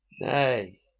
Nay